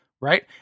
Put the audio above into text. right